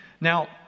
Now